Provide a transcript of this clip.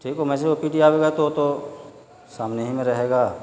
ٹھیک وہ message O P D آئے گا تو تو سامنے ہی میں رہے گا